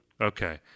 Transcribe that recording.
Okay